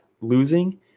losing